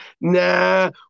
Nah